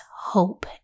hope